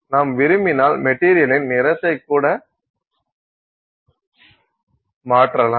நாம் விரும்பினால் மெட்டீரியலின் நிறத்தை கூட மாற்றலாம்